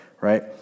right